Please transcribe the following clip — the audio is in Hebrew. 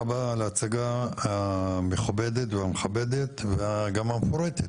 תודה רבה על ההצגה המפורטת, המכבדת והמכובדת.